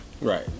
Right